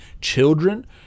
children